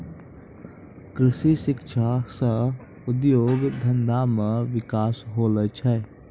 कृषि शिक्षा से उद्योग धंधा मे बिकास होलो छै